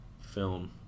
film